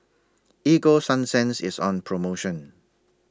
Ego Sunsense IS on promotion